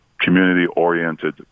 community-oriented